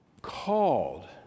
called